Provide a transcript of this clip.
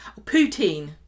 Poutine